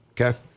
Okay